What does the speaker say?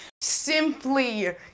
simply